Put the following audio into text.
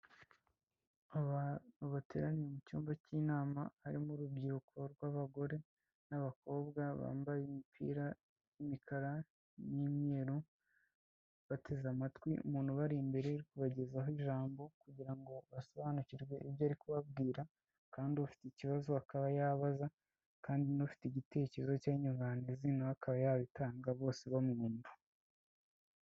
Abantu bateraniye mu cyumba cy'inama, harimo urubyiruko rw'abagore n'abakobwa bambaye imipira y'imikara n'imyeru, bateze amatwi umuntu ubari imbere uri kubagezaho ijambo, kugira ngo basobanukirwe ibyo ari kubabwira, kandi ufite ikibazo akaba yabaza, kandi n'ufite igitekerezo cyangwa inyunganizi na we akaba yabitanga bose bamwumva.